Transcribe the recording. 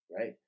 right